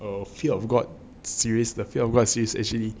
a fear of god series the fear of god series is actually